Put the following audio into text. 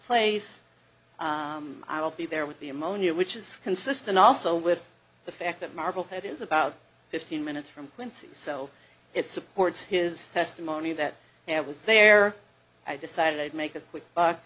i'll be there with the ammonia which is consistent also with the fact that marblehead is about fifteen minutes from quincy so it supports his testimony that you have was there i decided i'd make a quick buck